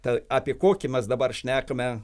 tad apie kokį mes dabar šnekame